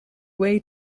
way